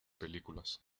películas